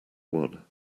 one